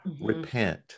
repent